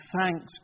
thanks